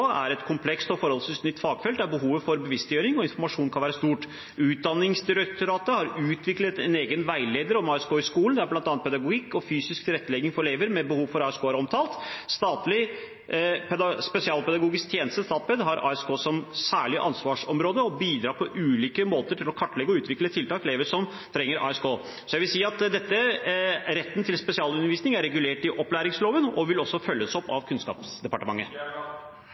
er et komplekst og forholdsvis nytt fagfelt, der behovet for bevisstgjøring og informasjon kan være stort.» Utdanningsdirektoratet har utviklet en egen veileder om ASK i skolen, der bl.a. pedagogikk og fysisk tilrettelegging for elever med behov for ASK er omtalt. Statlig spesialpedagogisk tjeneste, Statped, har ASK som særlig ansvarsområde og bidrar på ulike måter til å kartlegge og utvikle tiltak for elever som trenger ASK. Så retten til spesialundervisning er regulert i opplæringsloven og vil også følges opp av Kunnskapsdepartementet.